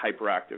hyperactive